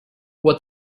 what